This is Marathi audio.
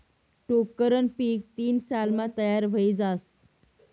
टोक्करनं पीक तीन सालमा तयार व्हयी जास